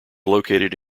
located